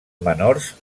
menors